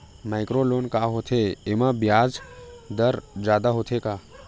Micro loan का होथे येमा ब्याज दर जादा होथे का?